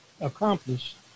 accomplished